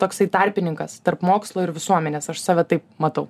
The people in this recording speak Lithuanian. toksai tarpininkas tarp mokslo ir visuomenės aš save taip matau